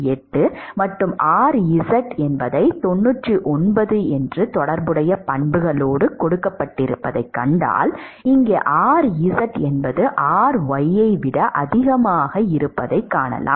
8 மற்றும் rz 99 என்று தொடர்புடைய பண்புகள் இங்கே கொடுக்கப்பட்டிருப்பதைக் கண்டால் இங்கே rz என்பது ry ஐ விட அதிகமாக இருப்பதைக் காணலாம்